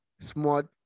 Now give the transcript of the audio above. Smart